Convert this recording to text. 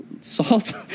salt